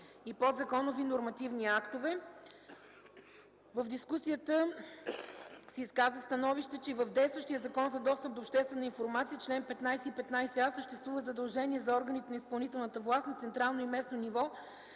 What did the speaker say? и подзаконови нормативни актове. В дискусията бе изказано становище, че и в действащия Закон за достъп до обществена информация – чл. 15 и 15а, съществува задължение за органите на изпълнителната власт на централно и местно ниво